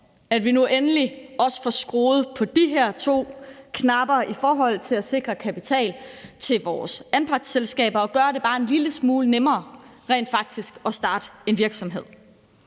at vi nu endelig også får skruet på de her to knapper i forhold til at sikre kapital til vores anpartsselskaber og gøre det bare en lille smule nemmere rent faktisk at starte en virksomhed.